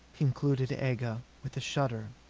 concluded aga with a shudder.